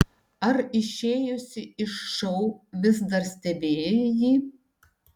ar išėjusi iš šou vis dar stebėjai jį